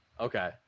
Okay